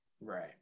right